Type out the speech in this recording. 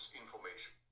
information